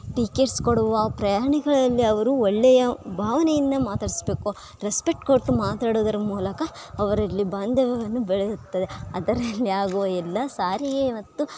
tickets ಕೊಡುವ ಪ್ರಯಾಣಿಕರಲ್ಲಿ ಅವರು ಒಳ್ಳೆಯ ಭಾವನೆಯಿಂದ ಮಾತಾಡಿಸ್ಬೇಕು ರೆಸ್ಪೆಕ್ಟ್ ಕೊಟ್ಟು ಮಾತಾಡೋದ್ರ ಮೂಲಕ ಅವರಲ್ಲಿ ಬಾಂಧವ್ಯವನ್ನು ಬೆಳೆಯುತ್ತದೆ ಅದರಲ್ಲಿ ಆಗುವ ಎಲ್ಲ ಸಾರಿಗೆ ಮತ್ತು